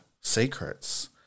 secrets